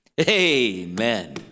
Amen